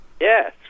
Yes